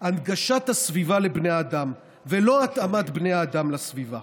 הנגשת הסביבה לבני האדם ולא התאמת בני האדם לסביבה.